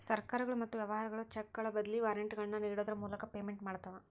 ಸರ್ಕಾರಗಳು ಮತ್ತ ವ್ಯವಹಾರಗಳು ಚೆಕ್ಗಳ ಬದ್ಲಿ ವಾರೆಂಟ್ಗಳನ್ನ ನೇಡೋದ್ರ ಮೂಲಕ ಪೇಮೆಂಟ್ ಮಾಡ್ತವಾ